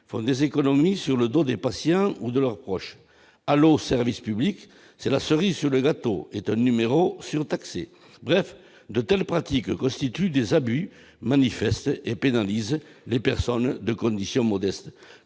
font des économies sur le dos des patients ou de leurs proches, allo service public, c'est la cerise sur le gâteau est un numéro surtaxé, bref de telles pratiques constituent des abus manifestes et pénaliser les personnels de condition modeste,